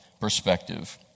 perspective